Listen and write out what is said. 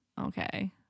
Okay